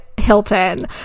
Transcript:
Hilton